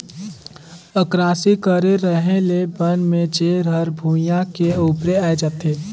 अकरासी करे रहें ले बन में जेर हर भुइयां के उपरे आय जाथे